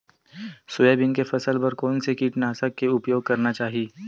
Soybean के फसल बर कोन से कीटनाशक के उपयोग करना चाहि?